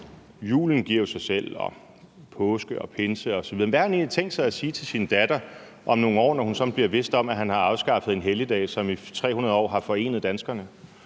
Julen giver jo sig selv ligesom påske og pinse osv., men hvad har han egentlig tænkt sig at sige til sin datter om nogle år, når hun sådan bliver bevidst om, at han har afskaffet en helligdag, som i 300 år har forenet danskerne?